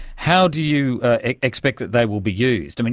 how do you expect that they will be used? and